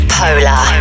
polar